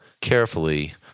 carefully